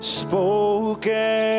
spoken